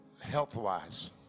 health-wise